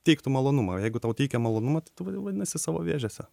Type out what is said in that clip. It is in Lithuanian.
teiktų malonumą o jeigu tau teikia malonumą tai tu vadinasi savo vėžėse